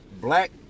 Black